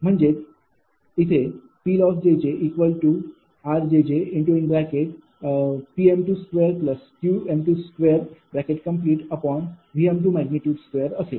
म्हणजेच Ploss r P2Q2V2 असेल